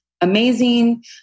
amazing